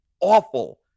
awful